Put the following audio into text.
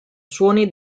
suoni